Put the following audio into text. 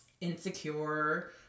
insecure